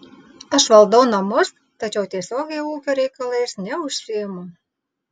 aš valdau namus tačiau tiesiogiai ūkio reikalais neužsiimu